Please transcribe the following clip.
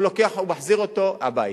הוא מחזיר אותו הביתה.